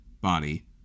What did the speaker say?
body